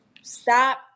stop